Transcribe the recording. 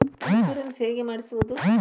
Insurance ಹೇಗೆ ಮಾಡಿಸುವುದು?